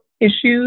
issues